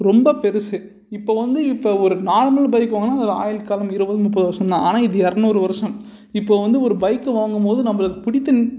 ரொம்ப பெருசு இப்போ வந்து இப்போ ஒரு நார்மல் பைக் வாங்கினா அதோடய ஆயுள் காலம் இருபது முப்பது வர்ஷம் தான் ஆனால் இது இரநூறு வர்ஷம் இப்போ வந்து ஒரு பைக்கு வாங்கும் போது நம்மளுக்கு பிடித்து